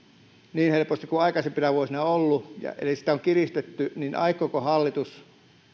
niin helposti kuin aikaisempina vuosina on ollut eli sitä on kiristetty niin aikooko hallitus